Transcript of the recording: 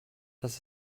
das